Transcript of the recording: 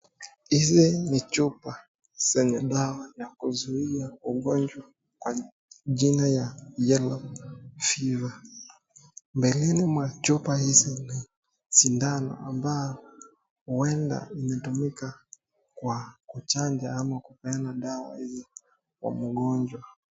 Hizi ni chupa zenye dawa ya kuzuia ugonjwa kwa jina ya Yellow Fever . Mbeleni mwa chupa hizi ni sindano ambao huenda ukatumika kwa kuchanja ama kupeana dawa hiyo kwa mgonjwa.